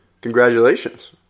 Congratulations